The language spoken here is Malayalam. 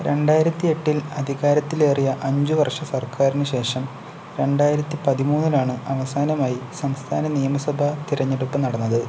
രണ്ടായിരത്തി എട്ടിൽ അധികാരത്തിലേറിയ അഞ്ചു വർഷ സർക്കാറിന് ശേഷം രണ്ടായിരത്തി പതിമൂന്നിലാണ് അവസാനമായി സംസ്ഥാന നിയമസഭാ തിരഞ്ഞെടുപ്പ് നടന്നത്